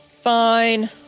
Fine